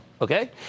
Okay